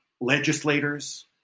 legislators